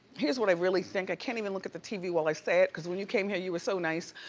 here's what i really think. i can't even look at the t v. while i say it, cause when you came here, you was so nice.